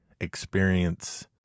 experience